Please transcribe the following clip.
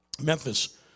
Memphis